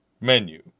menu